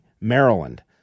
Maryland